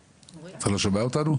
החולים.